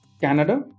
canada